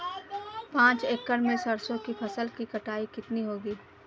पांच एकड़ में सरसों की फसल की कटाई कितनी होगी?